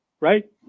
right